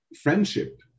friendship